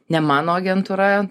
ne mano agentūra